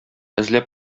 эзләп